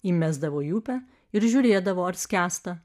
įmesdavo į upę ir žiūrėdavo ar skęsta